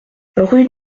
rue